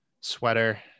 sweater